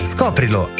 Scoprilo